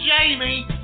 Jamie